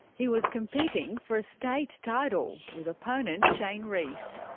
he was competing for a state title with opponent cheyne reese.